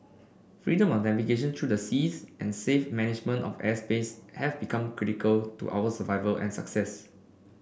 freedom of navigation through the seas and safe management of airspace have been critical to our survival and success